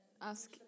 ask